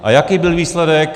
A jaký byl výsledek?